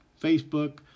Facebook